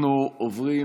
אנחנו עוברים